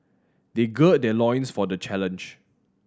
they gird their loins for the challenge